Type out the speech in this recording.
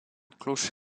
clocher